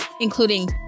including